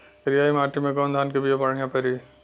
करियाई माटी मे कवन धान के बिया बढ़ियां पड़ी?